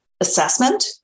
assessment